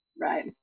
Right